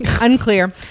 Unclear